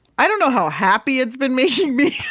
i don't know how happy it's been making me